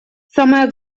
самое